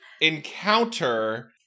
encounter